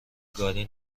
گاری